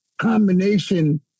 combination